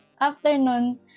afternoon